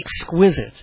Exquisite